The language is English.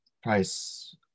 Price